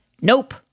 nope